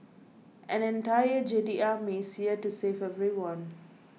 an entire Jedi Army is here to save everyone